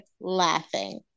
laughing